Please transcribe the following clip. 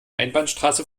einbahnstraße